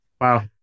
Wow